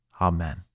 Amen